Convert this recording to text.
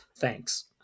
Thanks